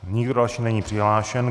Nikdo další není přihlášen.